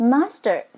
Master